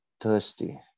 thirsty